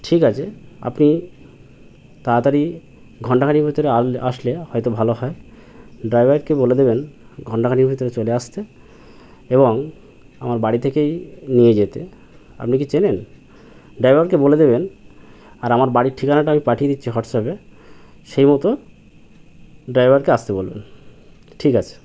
ঠিক আছে আপনি তাড়াতাড়ি ঘণ্টাখানেকের ভিতরে আসলে হয়তো ভালো হয় ড্রাইভারকে বলে দেবেন ঘণ্টাখানেকের ভিতরে চলে আসতে এবং আমার বাড়ি থেকেই নিয়ে যেতে আপনি কি চেনেন ড্রাইভারকে বলে দেবেন আর আমার বাড়ির ঠিকানাটা আমি পাঠিয়ে দিচ্ছি হোয়াটসঅ্যাপে সেই মতো ড্রাইভারকে আসতে বলুন ঠিক আছে